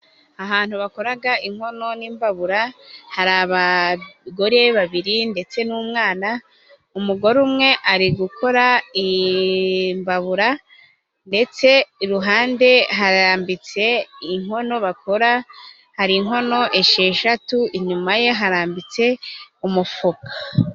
Ahantu bakoraga inkono n'imbabura hari abagore babiri ndetse n'umwana; umugore umwe ari gukora imbabura, ndetse iruhande harambitse inkono bakora, hari inkono esheshatu, inyuma ye harambitse umufuka.